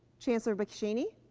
chancellor boschini.